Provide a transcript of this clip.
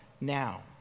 now